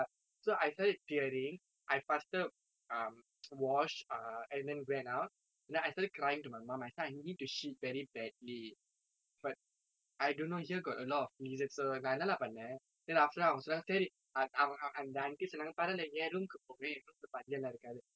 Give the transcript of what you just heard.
so I started tearing I faster um wash err and then ran out then I started crying to my mom I say I need to shit very badly but I don't know here got a lot of lizards so நான் என்ன:naan enna lah பண்ண:panna then after that அவங்க சொன்னாங்க சரி அந்த:avanga sonnaanga sari antha aunty சொன்னாங்க பரவாயில்லை என்:sonnanga paravaayillai en room க்கு போங்க என்:kku ponga en room லே பல்லி எல்லாம் இருக்காது:le palli ellaam irukkathu